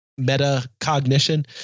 metacognition